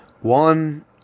one